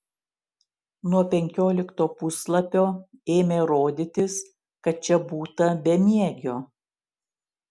nuo penkiolikto puslapio ėmė rodytis kad čia būta bemiegio